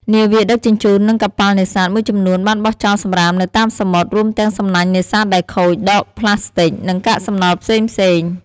នាវាដឹកជញ្ជូន និងកប៉ាល់នេសាទមួយចំនួនបានបោះចោលសំរាមនៅតាមសមុទ្រ រួមទាំងសំណាញ់នេសាទដែលខូច ដបប្លាស្ទិក និងកាកសំណល់ផ្សេងៗ។